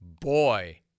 Boy